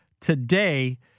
today